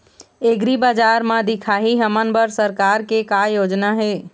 एग्रीबजार म दिखाही हमन बर सरकार के का योजना हे?